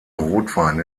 rotwein